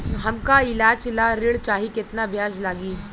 हमका ईलाज ला ऋण चाही केतना ब्याज लागी?